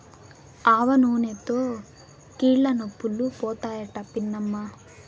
ఆవనూనెతో కీళ్లనొప్పులు పోతాయట పిన్నమ్మా